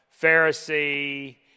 Pharisee